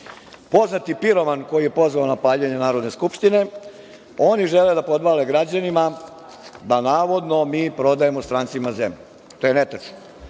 poznati piroman koji je pozvao na paljenje Narodne skupštine. Oni žele da podvale građanima da navodno mi prodajemo strancima zemlju. To je netačno.